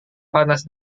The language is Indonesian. panas